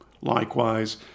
Likewise